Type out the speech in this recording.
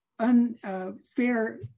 unfair